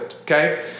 okay